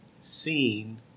seen